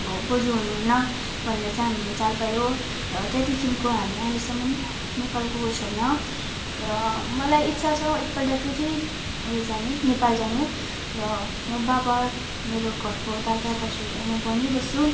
आब बज्यू हुनुहुन्न भनेर चाहिँ हामीले चाल पायो र त्यहाँदिखिको हामी अहिलेसम्मन नेपाल गएको छैन र मलाई इच्छा छ एकपल्ट फेरि उयो जाने नेपाल जाने र म बाबा मेरो घरको दादा दाजुहरूलाई म भनी बस्छु